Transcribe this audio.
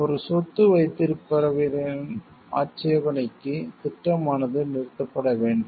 ஒரு சொத்து வைத்திருப்பவரின் ஆட்சேபனைக்கு திட்டம் ஆனது நிறுத்தப்பட வேண்டும்